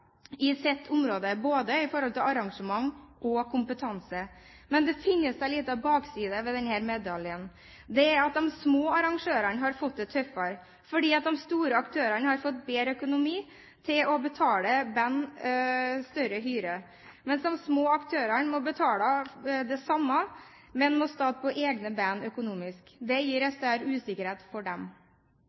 i sitt område både i forhold til arrangement og kompetanse. Men det finnes en liten bakside ved denne medaljen, og det er at de små arrangørene har fått det tøffere. De store aktørene har fått bedre økonomi til å betale band større hyre. De små aktørene må betale det samme, men må stå på egne bein økonomisk. Det gir en større usikkerhet for dem.